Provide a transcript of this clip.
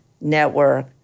network